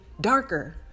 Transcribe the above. darker